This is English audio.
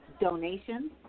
donations